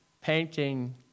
painting